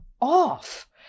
off